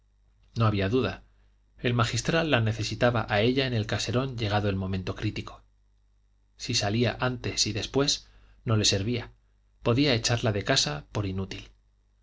no había duda el magistral la necesitaba a ella en el caserón llegado el momento crítico si salía antes y después no le servía podía echarla de casa por inútil